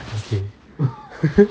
okay